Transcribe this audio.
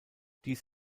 dies